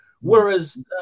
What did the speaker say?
Whereas